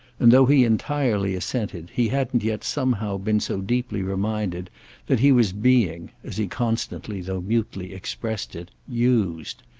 and though he entirely assented he hadn't yet somehow been so deeply reminded that he was being, as he constantly though mutely expressed it, used.